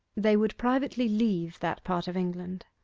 they would privately leave that part of england,